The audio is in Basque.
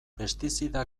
pestizida